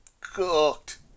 cooked